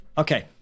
Okay